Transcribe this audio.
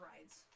rides